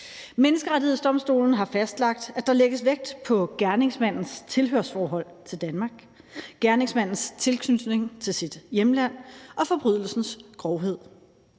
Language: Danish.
Menneskerettighedsdomstolen har fastlagt, at der lægges vægt på gerningsmandens tilhørsforhold til Danmark, gerningsmandens tilknytning til sit hjemland og forbrydelsens grovhed.